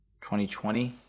2020